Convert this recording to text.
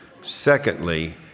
Secondly